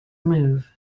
move